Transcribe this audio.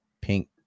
pink